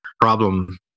problem